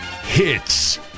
Hits